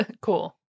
cool